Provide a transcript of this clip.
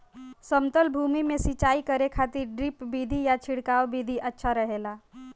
समतल भूमि में सिंचाई करे खातिर ड्रिप विधि या छिड़काव विधि अच्छा रहेला?